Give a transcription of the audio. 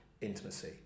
intimacy